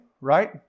right